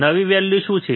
નવી વેલ્યુ શું છે